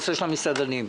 נושא המסעדנים.